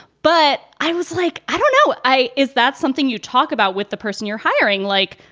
but i was like, i don't know, i. is that something you talk about with the person you're hiring like.